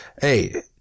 hey